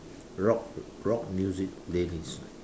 rock rock music playlist